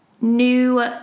new